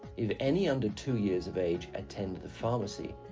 if any under two years of age attend the pharmacy,